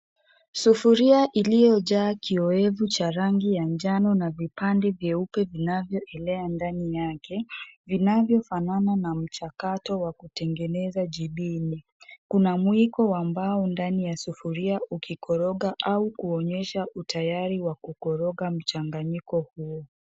Sufuria iliyojaa kiyoevu cha rangi ya njano na vipande vyeupe vinavyoelea ndani yake, vinavyofanana na mchakato wa kutengeneza jibini .Kuna mwiko wa mbao ndani ya sufuria ukikoroga au kuonyesha utayari wa kugoroka mchanganyiko huo.